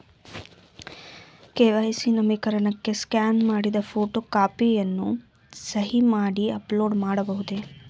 KYC ನವೀಕರಣಕ್ಕೆ scan ಮಾಡಿದ photo ಕಾಪಿಯನ್ನು ಸಹಿ ಮಾಡಿ ಅಪ್ಲೋಡ್ ಮಾಡಬಹುದೇ?